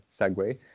segue